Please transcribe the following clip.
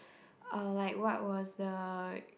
uh like what was the